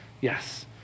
Yes